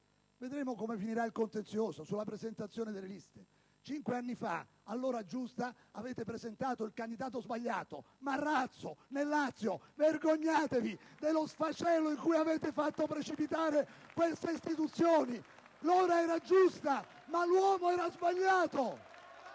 vedere come finirà il contenzioso sulla presentazione delle liste; cinque anni fa, all'ora giusta, avete presentato nel Lazio il candidato sbagliato: Marrazzo. Vergognatevi dello sfacelo nel quale avete fatto precipitare questa istituzione: l'ora era giusta, ma l'uomo era sbagliato!